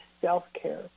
self-care